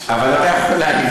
אבל אתה יכול להעיד.